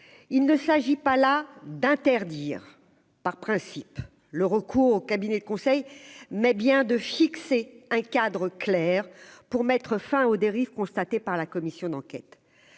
il ne s'agit pas là d'interdire par principe le recours aux cabinets de conseil, mais bien de fixer un cadre clair pour mettre fin aux dérives constatées par la commission d'enquête